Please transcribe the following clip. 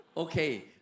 okay